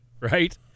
right